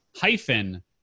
hyphen